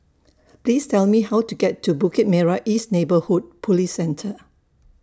Please Tell Me How to get to Bukit Merah East Neighbourhood Police Centre